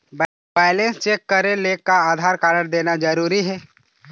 Balance check करेले का Aadhaar card देना जरूरी हे?